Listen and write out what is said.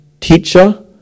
teacher